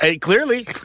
Clearly